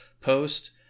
post